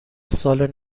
سال